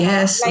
Yes